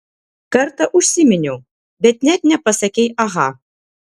kartą užsiminiau bet net nepasakei aha